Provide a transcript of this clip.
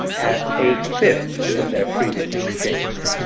at a fifth of their previous exchange rate.